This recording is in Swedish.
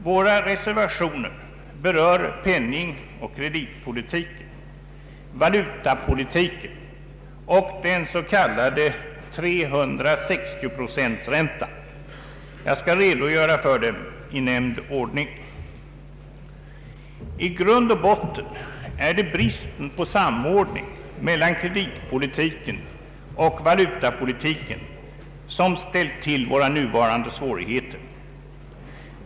Våra reservationer berör penningoch kreditpolitiken, valutapolitiken och den s.k. 360-procentsräntan. Jag skall redogöra för dem i nämnd ordning. I grund och botten är det bristen på samordning mellan kreditpolitiken och valutapolitiken som ställt till våra nuvarande svårigheter.